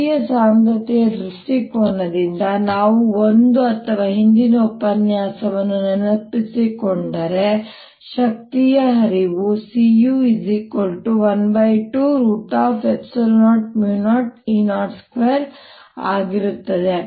ಶಕ್ತಿಯ ಸಾಂದ್ರತೆಯ ದೃಷ್ಟಿಕೋನದಿಂದ ನಾವು ಒಂದು ಅಥವಾ ಹಿಂದಿನ ಉಪನ್ಯಾಸವನ್ನು ನೆನಪಿಸಿಕೊಂಡರೆ ಶಕ್ತಿಯ ಹರಿವು c u1200E02 ಆಗಿರುತ್ತದೆ